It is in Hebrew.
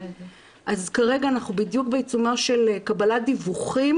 אז כרגע אנחנו בדיוק בעיצומה של קבלת דיווחים